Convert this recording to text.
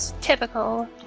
Typical